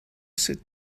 sit